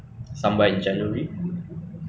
damn sian sia cannot go overseas